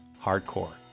hardcore